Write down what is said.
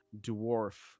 dwarf